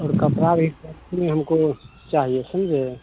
और कपड़ा भी हमको चाहिए समझे